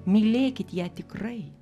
mylėkit ją tikrai